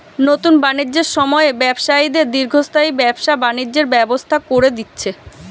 নুতন বাণিজ্যের সময়ে ব্যবসায়ীদের দীর্ঘস্থায়ী ব্যবসা বাণিজ্যের ব্যবস্থা কোরে দিচ্ছে